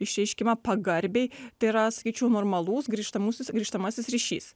išreiškiama pagarbiai tai yra sakyčiau normalus grįžtamusis grįžtamasis ryšys